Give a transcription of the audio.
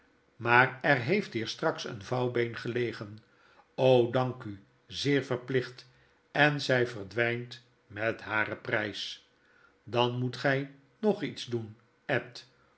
maar er heeft hier straks een vouwbeen gelegen dank u zeer verplicht en zy verdwynt met haren prjjs dan moet gy nog iets doen ed